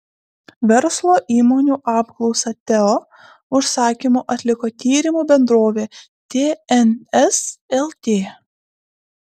verslo įmonių apklausą teo užsakymu atliko tyrimų bendrovė tns lt